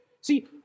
See